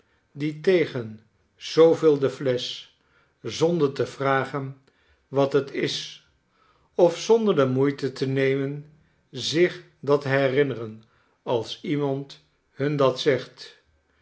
dien tegen zooveel de flesch zonder te vragen wat het is of zonder de moeite te nemen zich dat te herinneren als iemand hun dat zegt